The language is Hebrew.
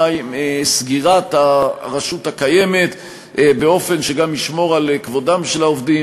סגירת הרשות הקיימת באופן שגם ישמור על כבודם של העובדים